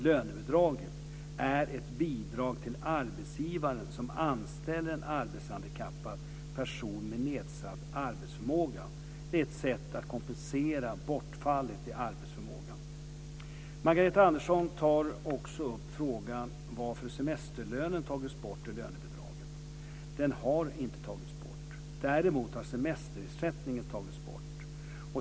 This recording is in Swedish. Lönebidraget är ett bidrag till arbetsgivaren som anställer en arbetshandikappad person med nedsatt arbetsförmåga. Det är ett sätt att kompensera bortfallet i arbetsförmågan. Margareta Andersson tar också upp frågan varför semesterlönen tagits bort i lönebidraget. Den har inte tagits bort. Däremot har semesterersättningen tagits bort.